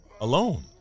alone